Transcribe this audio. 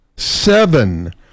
seven